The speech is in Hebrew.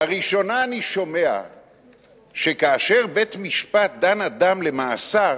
לראשונה אני שומע שכאשר בית-משפט דן אדם למאסר